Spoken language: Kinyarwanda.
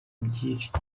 byica